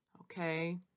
Okay